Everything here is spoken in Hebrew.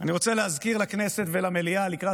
אני רוצה להזכיר לכנסת ולמליאה לקראת